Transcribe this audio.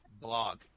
blog